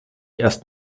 erst